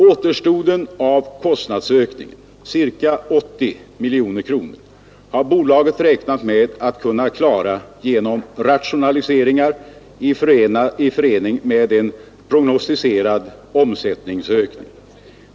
Återstoden av kostnadsökningen, ca 80 miljoner kronor, har bolaget räknat med att kunna klara genom rationaliseringar i förening med en prognostiserad omsättningsökning.